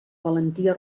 valentia